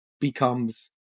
becomes